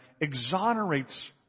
exonerates